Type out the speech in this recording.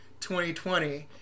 2020